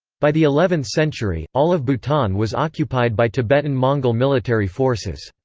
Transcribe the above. by the eleventh century, all of bhutan was occupied by tibetan-mongol military forces.